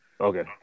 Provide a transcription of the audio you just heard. Okay